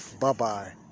Bye-bye